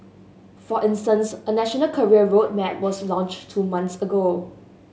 for instance a national career road map was launched two months ago